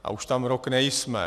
A už tam rok nejsme.